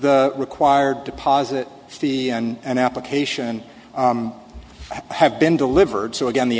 the required deposit fee and application i have been delivered so again the